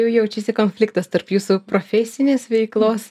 jau jaučiasi konfliktas tarp jūsų profesinės veiklos